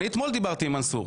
אתמול דיברתי עם מנסור.